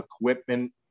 equipment